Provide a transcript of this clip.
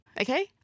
okay